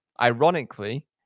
ironically